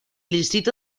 distrito